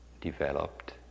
developed